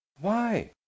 Why